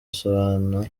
asabana